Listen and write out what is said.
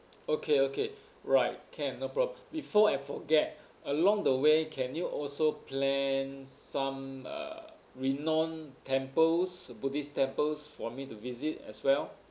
okay okay right can no prob before I forget along the way can you also plan some uh renowned temples buddhist temples for me to visit as well